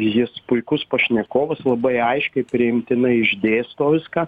jis puikus pašnekovas labai aiškiai priimtinai išdėsto viską